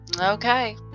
okay